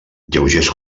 lleugers